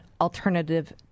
alternative